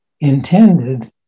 intended